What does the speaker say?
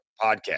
podcast